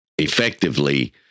Effectively